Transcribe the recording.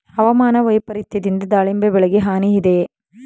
ಹವಾಮಾನ ವೈಪರಿತ್ಯದಿಂದ ದಾಳಿಂಬೆ ಬೆಳೆಗೆ ಹಾನಿ ಇದೆಯೇ?